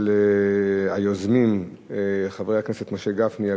של היוזמים חברי הכנסת משה גפני,